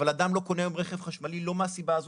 אבל אדם לא קונה היום רכב חשמלי לא מהסיבה הזאת,